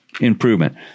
improvement